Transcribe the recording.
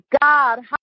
God